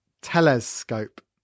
Telescope